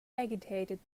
agitated